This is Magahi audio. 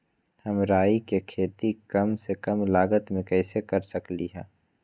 हम राई के खेती कम से कम लागत में कैसे कर सकली ह?